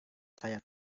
saya